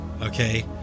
okay